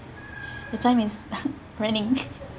the time is running